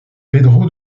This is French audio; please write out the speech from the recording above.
pedro